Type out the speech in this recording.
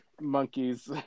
monkeys